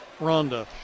Rhonda